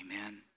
Amen